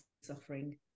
suffering